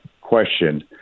question